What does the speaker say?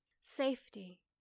Safety